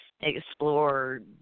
explore